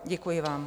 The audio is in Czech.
Děkuji vám.